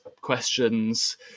questions